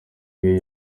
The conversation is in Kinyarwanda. niyo